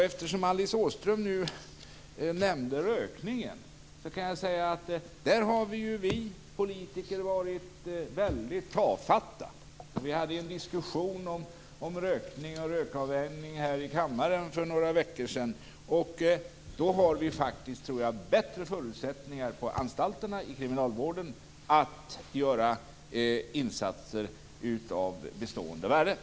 Eftersom Alice Åström nämnde rökningen vill jag säga att där har vi politiker varit väldigt tafatta. Vi hade ju en diskussion om rökning och rökavvänjning här i kammaren för några veckor sedan. Jag tror faktiskt att vi har bättre förutsättningar att göra insatser av bestående värde på anstalterna i kriminalvården.